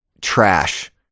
trash